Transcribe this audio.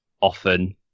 often